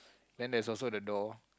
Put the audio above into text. then there is also the door